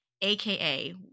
AKA